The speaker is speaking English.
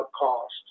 cost